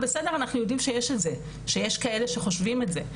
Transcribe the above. אנחנו יודעים שיש את זה ושיש כאלה שחושבים את זה,